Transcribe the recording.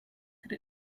could